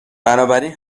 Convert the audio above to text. بنابراین